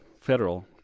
federal